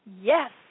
Yes